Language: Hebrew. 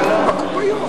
נכון.